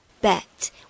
bet